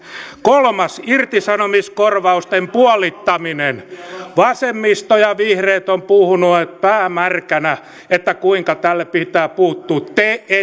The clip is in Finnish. kolmas irtisanomiskorvausten puolittaminen vasemmisto ja vihreät ovat puhuneet pää märkänä kuinka tähän pitää puuttua te